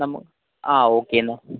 നമ്മ ആ ഓക്കെ എന്നാൽ